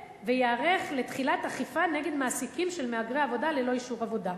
וייערך לתחילת אכיפה נגד מעסיקים של מהגרי עבודה ללא אישור עבודה,